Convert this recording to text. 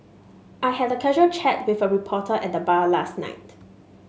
I had a casual chat with a reporter at the bar last night